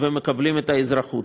ומקבלים אזרחות.